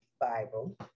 Bible